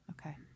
okay